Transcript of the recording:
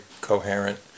coherent